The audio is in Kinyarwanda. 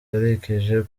yerekeje